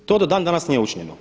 To do dan-danas nije učinjeno.